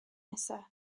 nesaf